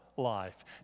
life